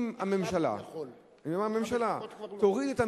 אם הממשלה תוריד את המיסוי,